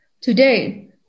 Today